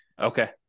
okay